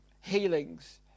healings